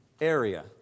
area